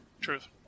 truth